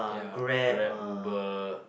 ya Grab Uber